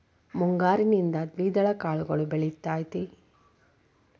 ಮುಂಗಾರಿನಲ್ಲಿ ದ್ವಿದಳ ಕಾಳುಗಳು ಬೆಳೆತೈತಾ?